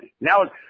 now